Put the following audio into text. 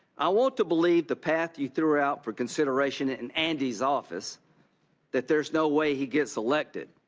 i want to believe the path you threw out for consideration in andy's office that there is no way he gets elected.